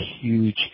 huge